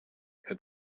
had